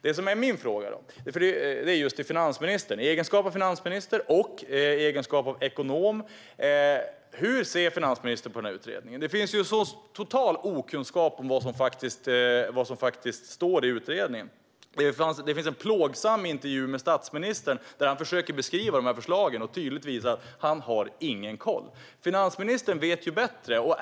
Jag har en fråga till finansministern. I egenskap av finansminister och ekonom, hur ser finansministern på utredningen? Det finns en total okunskap om vad som faktiskt står i utredningen. Det finns en plågsam intervju med statsministern där han försöker beskriva förslagen och det är tydligt att han inte har någon koll. Finansministern vet bättre.